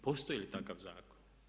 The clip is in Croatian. Postoji li takav zakon?